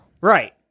right